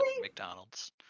McDonald's